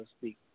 speak